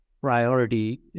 priority